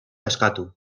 eskatu